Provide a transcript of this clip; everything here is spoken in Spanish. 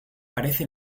parece